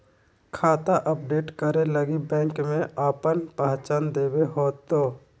खाता अपडेट करे लगी बैंक में आपन पहचान देबे होतो